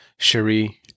Sheree